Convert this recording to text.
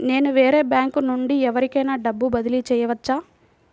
నేను వేరే బ్యాంకు నుండి ఎవరికైనా డబ్బు బదిలీ చేయవచ్చా?